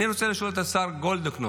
אני רוצה לשאול את השר גולדקנופ